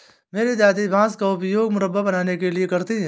मेरी दादी बांस का उपयोग मुरब्बा बनाने के लिए करती हैं